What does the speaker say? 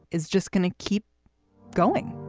is just going to keep going.